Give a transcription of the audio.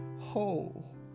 whole